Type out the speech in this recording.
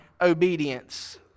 obedience